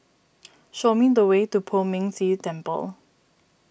show me the way to Poh Ming Tse Temple